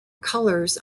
colors